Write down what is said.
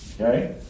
Okay